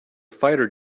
fighter